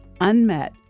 unmet